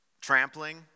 trampling